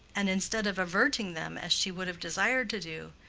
and instead of averting them as she would have desired to do,